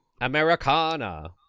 Americana